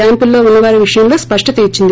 క్యాంపుల్లో ఉన్సవారి విషయంలో స్పష్టత ఇచ్చింది